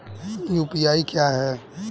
UPI क्या है?